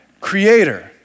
creator